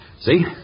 See